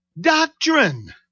doctrine